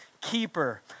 keeper